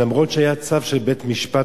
אף-על-פי שהיה צו של בית-משפט,